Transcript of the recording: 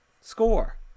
score